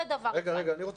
זה דבר אחד.